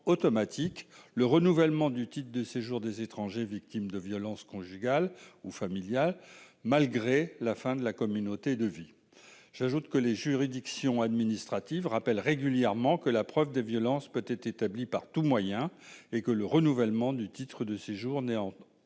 automatique le renouvellement du titre de séjour des étrangers victimes de violences conjugales ou familiales, malgré la fin de la communauté de vie j'ajoute que les juridictions administratives rappelle régulièrement que la preuve de violence peut être établie par tout moyen et que le renouvellement du titre de séjour n'est en